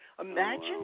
Imagine